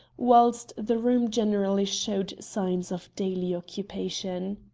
whilst the room generally showed signs of daily occupation.